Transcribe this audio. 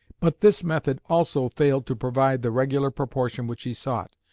but this method also failed to provide the regular proportion which he sought,